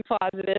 positive